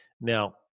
Now